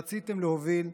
רציתם להוביל,